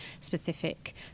specific